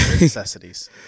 necessities